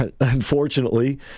Unfortunately